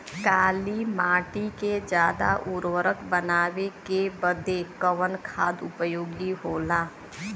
काली माटी के ज्यादा उर्वरक बनावे के बदे कवन खाद उपयोगी होला?